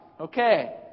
Okay